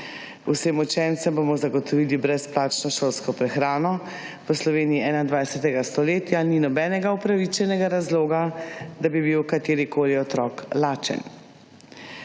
Vsem učencem bomo zagotovili brezplačno šolsko prehrano, v Sloveniji 21. stoletja ni nobenega upravičenega razloga, da bi bil kateri koli otrok lačen.